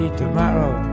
tomorrow